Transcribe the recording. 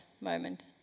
moment